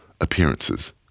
Appearances